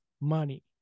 money